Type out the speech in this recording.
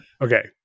okay